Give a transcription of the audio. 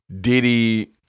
Diddy